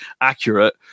accurate